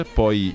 poi